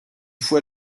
fois